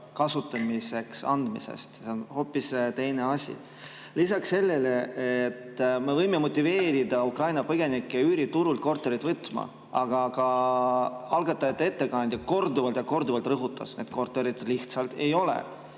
kasutada andmisest. See on hoopis teine asi. Me võime motiveerida Ukraina põgenikke üüriturult korterit võtma, aga ka algatajate ettekandja korduvalt ja korduvalt rõhutas: neid kortereid lihtsalt ei ole.